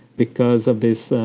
because of this